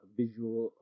visual